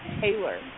Taylor